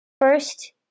First